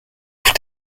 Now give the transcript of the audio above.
for